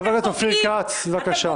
אתם פוגעים באנשים.